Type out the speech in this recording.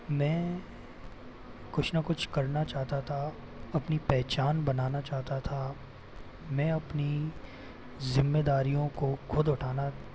मैं कुछ ना कुछ करना चाहता था अपनी पहचान बनाना चाहता था मैं अपनी ज़िम्मेदारियों को खुद उठाना